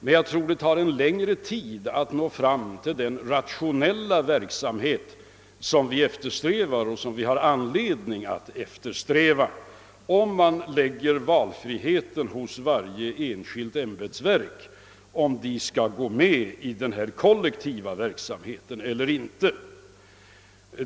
Men jag tror att det tar längre tid att nå fram till den rationella verksamhet som vi eftersträvar och som vi har anledning att eftersträva, om varje enskilt ämbetsverk får välja mellan om de skall gå med i den kollektiva verksamheten eller inte.